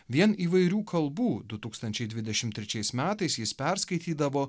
vien įvairių kalbų du tūkstančiai dvidešim trečiais metais jis perskaitydavo